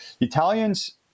Italians